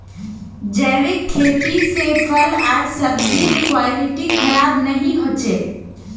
जैविक खेती से फल आर सब्जिर क्वालिटी खराब नहीं हो छे